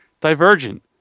Divergent